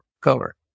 color